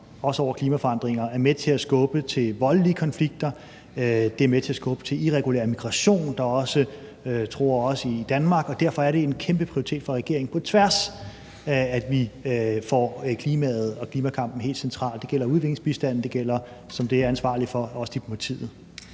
også over klimaforandringer, er med til at skubbe til voldelige konflikter. Det er med til at skubbe til irregulær migration, der også truer os i Danmark. Derfor er det en kæmpe prioritet for regeringen på tværs, at vi får klimaet og klimakampen ind som noget helt centralt. Det gælder udviklingsbistanden, og det gælder også diplomatiet